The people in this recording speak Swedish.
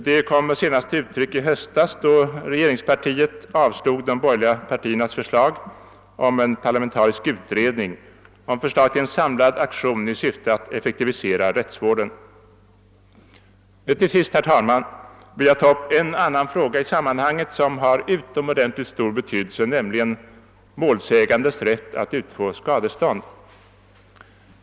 Detta kom senast till uttryck i höstas, då regeringspartiet avvisade de borgerliga partiernas förslag om en parlamentarisk utredning rörande en samlad aktion i syfte att effektivisera rättsvården. Till sist, herr talman, vill jag ta upp en annan fråga i sammanhanget som har utomordentligt stor betydelse, nämligen målsägares rätt att utfå skadestånd.